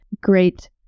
great